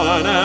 One